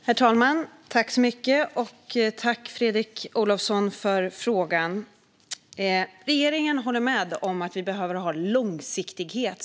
Herr talman! Tack för frågan, Fredrik Olovsson! Regeringen håller med om att vi behöver ha långsiktighet.